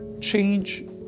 Change